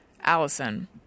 Allison